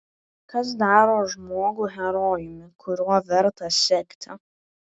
kas daro žmogų herojumi kuriuo verta sekti